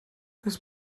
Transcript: this